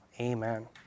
amen